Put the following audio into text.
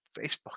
Facebook